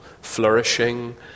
flourishing